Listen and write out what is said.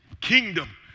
Kingdom